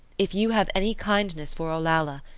if you have any kindness for olalla,